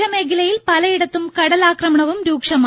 തീരമേഖലയിൽ പലയിടത്തും കടലാക്രമണവും രൂക്ഷമായി